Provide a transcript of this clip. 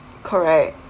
correct